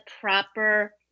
proper